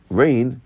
rain